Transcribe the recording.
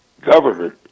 Government